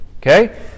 Okay